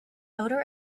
odor